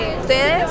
Ustedes